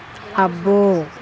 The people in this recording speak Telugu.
అబ్బో